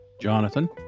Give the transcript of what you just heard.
Jonathan